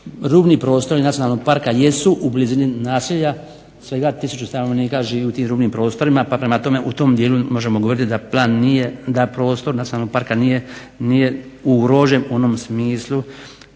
rubni prostori nacionalnog parka jesu u blizini naselja, svega 1000 stanovnika živi u tim rubnim prostorima pa prema tome u tom dijelu možemo govoriti da plan nije da prostor samog parka nije ugrožen u onom smislu